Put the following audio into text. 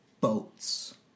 boats